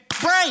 break